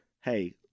hey